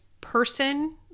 person